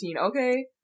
Okay